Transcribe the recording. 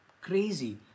crazy